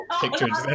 pictures